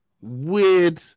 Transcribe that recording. weird